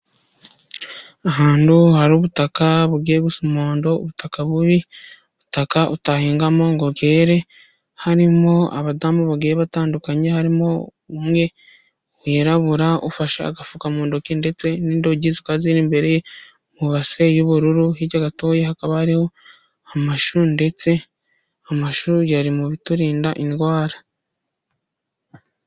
Ahantu hari ubutaka bugiye busa umuhondo, ubutaka bubi ubutaka utahingamo ngo were. Harimo abadamu bagiye batandukanye, harimo umwe wirabura ufashe agafuka mu ntoki ndetse n'indogi zikaba ziri imbere mubase y'ubururu. Hirya gatoya hakaba hariho amashu ndetse amashu ari mu biturinda indwara.